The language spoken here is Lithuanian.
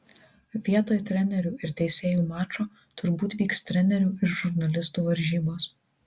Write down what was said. vietoj trenerių ir teisėjų mačo turbūt vyks trenerių ir žurnalistų varžybos